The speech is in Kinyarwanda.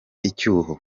icyuho